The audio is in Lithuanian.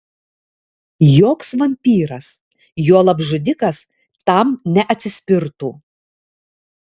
joks vampyras juolab žudikas tam neatsispirtų